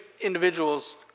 individuals